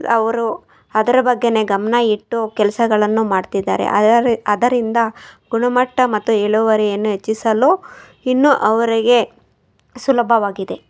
ಅವರು ಅದರ ಬಗ್ಗೆನೇ ಗಮನ ಇಟ್ಟು ಕೆಲಸಗಳನ್ನು ಮಾಡ್ತಿದ್ದಾರೆ ಅದರಿಂದ ಗುಣಮಟ್ಟ ಮತ್ತು ಇಳುವರಿಯನ್ನು ಹೆಚ್ಚಿಸಲು ಇನ್ನೂ ಅವರಿಗೆ ಸುಲಭವಾಗಿದೆ